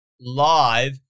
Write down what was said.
live